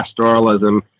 pastoralism